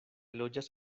loĝas